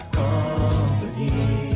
company